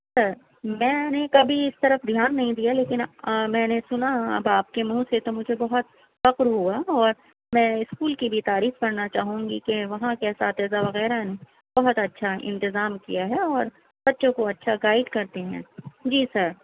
سر میں نے کبھی اِس طرف دھیان نہیں دیا لیکن آ میں نے سُنا اب آپ کے مُنہ سے تو مجھے بہت فخر ہُوا اور میں اسکول کی بھی تعریف کرنا چاہوں گی کہ وہاں کے اساتذہ وغیرہ نے بہت اچھا انتظام کیا ہے اور بچوں کو اچھا گائڈ کرتے ہیں جی سر